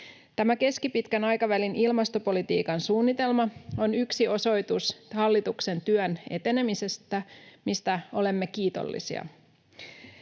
Tämä keskipitkän aikavälin ilmastopolitiikan suunnitelma on yksi osoitus hallituksen työn etenemisestä, mistä olemme kiitollisia.